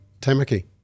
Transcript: Tamaki